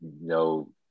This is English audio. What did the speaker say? no